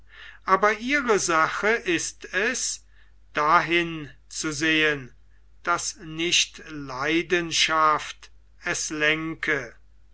aber ihre sache ist es dahin zu sehen daß nicht leidenschaft es lenke